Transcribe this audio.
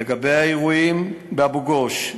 לגבי האירועים באבו-גוש,